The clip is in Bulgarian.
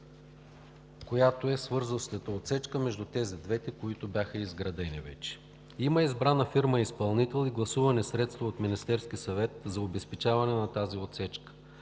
който е свързващата отсечка между двете, които вече бяха изградени. Има избрана фирма изпълнител и гласувани средства от Министерския съвет за обезпечаване на тази отсечка.